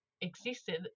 existed